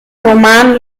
roman